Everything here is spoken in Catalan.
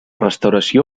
restauració